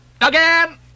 Again